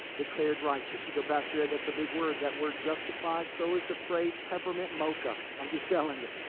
declared righteous. you go, pastor ed, that's a big word that word justified. so is the phrase peppermint mocha i'm just tellin' ya.